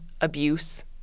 abuse